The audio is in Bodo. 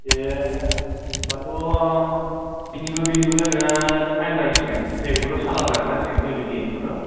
ए होनबाथ' बेनिबो बिनिबो नोंहा फाइन नांसिगोन नैबेखौथ' सालान दानखानांसिगोन हेल्मेट गैयैनिखौथ'